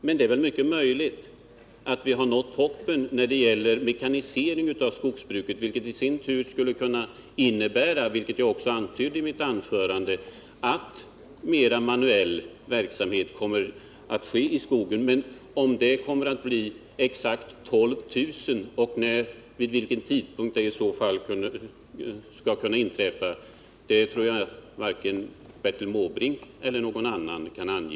Men det är mycket möjligt att vi har nått toppen i vad avser mekanisering av jordbruket, och det skulle i sin tur innebära, som jag också antydde i mitt anförande, att mera av manuell verksamhet kommer att äga rum i skogen. Men om det kommer att röra sig om exakt 12 000 nya arbetstillfällen och vid vilken tidpunkt det i så fall skall kunna genomföras tror jag att varken Bertil Måbrink eller någon annan kan ange.